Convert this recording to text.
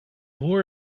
war